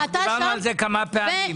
אנחנו דיברנו על זה כמה פעמים.